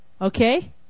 Okay